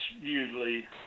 usually